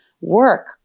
work